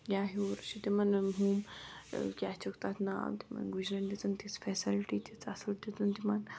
یا ہیوٚر چھِ تِمن ہُم کیاہ چھُکھ تَتھ ناو تِمن گُجِرٮ۪ن دِژٕن تِژھ فیسَلٹی تِژھ اصل دِتُن تِمَن